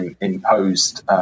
imposed